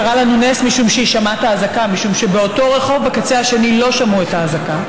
קרה לנו נס משום שהיא שמעה את האזעקה,